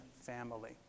family